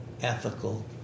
ethical